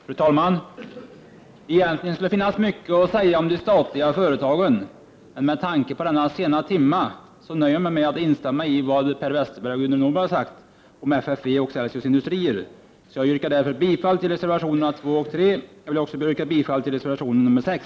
Fru talman! Egentligen finns det mycket att säga om de statliga företagen, men med tanke på denna sena timme nöjer jag mig med att instämma i vad Per Westerberg och Gudrun Norberg har sagt om FFV och Celsius Industrier. Jag yrkar därför bifall till reservationerna 2 och 3. Jag vill också yrka bifall till reservation nr 6.